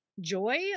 joy